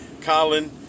Colin